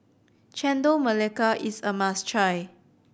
Chendol Melaka is a must try